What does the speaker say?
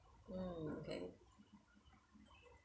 mm okay